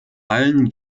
allen